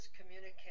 communicate